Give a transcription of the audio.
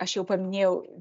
aš jau paminėjau